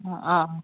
अँ